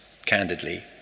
candidly